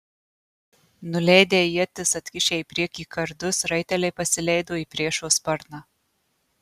nuleidę ietis atkišę į priekį kardus raiteliai pasileido į priešo sparną